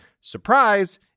surprise –